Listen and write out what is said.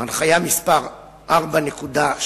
הנחיה מס' 4.3030,